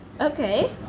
Okay